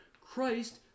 Christ